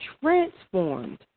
transformed